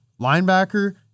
linebacker